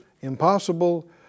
impossible